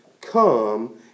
come